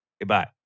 Goodbye